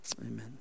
amen